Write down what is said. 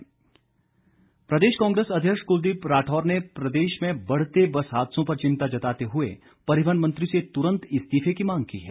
कुलदीप राठौर प्रदेश कांग्रेस अध्यक्ष कुलदीप राठौर ने प्रदेश में बढ़ते बस हादसों पर चिंता जताते हुए परिवहन मंत्री से तुरंत इस्तीफे की मांग की है